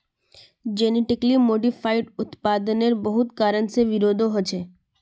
genetically modified उत्पादेर बहुत कारण से विरोधो होछे